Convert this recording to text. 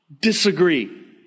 disagree